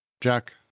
Jack